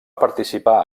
participar